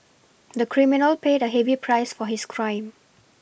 the criminal paid a heavy price for his crime